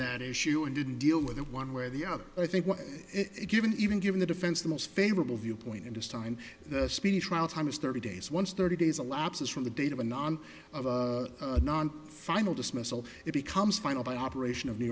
that issue and didn't deal with it one way or the other i think it given even given the defense the most favorable viewpoint in this time the speedy trial time is thirty days once thirty days a lobster's from the date of a non non final dismissal it becomes final the operation of new